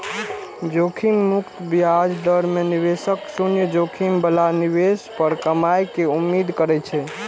जोखिम मुक्त ब्याज दर मे निवेशक शून्य जोखिम बला निवेश पर कमाइ के उम्मीद करै छै